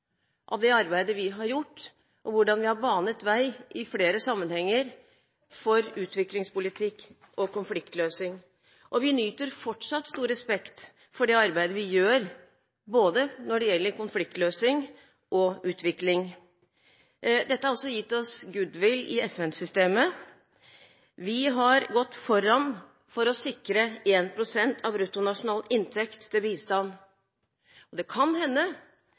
av det arbeidet vi har gjort, og hvordan vi i flere sammenhenger har banet vei for utviklingspolitikk og konfliktløsing. Vi nyter fortsatt stor respekt for det arbeidet vi gjør når det gjelder både konfliktløsing og utvikling. Dette har gitt oss goodwill i FN-systemet. Vi har gått foran for å sikre 1 pst. av bruttonasjonalinntekt til bistand. Det kan hende